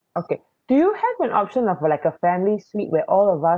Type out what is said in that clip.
okay do you have an option of like a family suite where all of us